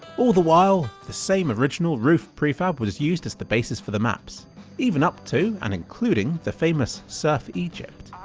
all the while, the same original roof prefab was used as the basis of the maps even up to and including the famous surf egypt,